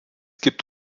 gibt